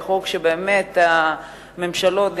וחוק שבאמת הממשלות,